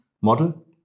model